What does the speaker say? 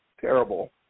terrible